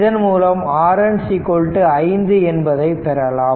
இதன் மூலம் RN 5 என்பதை பெறலாம்